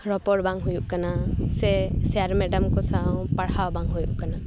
ᱨᱚᱯᱚᱲ ᱵᱟᱝ ᱦᱩᱭᱩᱜ ᱠᱟᱱᱟ ᱥᱮ ᱥᱮᱨ ᱢᱮᱰᱟᱢ ᱠᱚ ᱥᱟᱶ ᱯᱟᱲᱦᱟᱣ ᱵᱟᱝ ᱦᱩᱭᱩᱜ ᱠᱟᱱᱟ